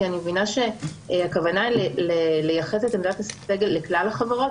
כי אני מבינה שהכוונה לייחס את עמדת הסגל לכלל החברות.